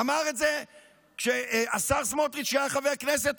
אמר את זה השר סמוטריץ' כשהיה חבר כנסת